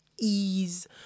ease